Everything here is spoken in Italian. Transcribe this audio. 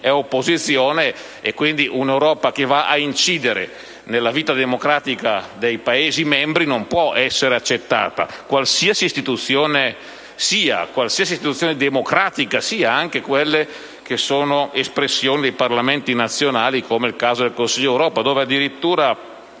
è opposizione. E quindi un'Europa che va ad incidere nella vita democratica dei Paesi membri non può essere accettata, qualsiasi istituzione democratica sia, anche quelle che sono espressioni dei Parlamenti nazionali, come nel caso del Consiglio d'Europa. In quella